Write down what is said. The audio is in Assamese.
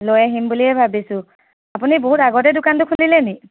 লৈ আহিম বুলিয়ে ভাবিছোঁ আপুনি বহুত আগতেই দোকানটো খুলিলেনি